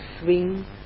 swing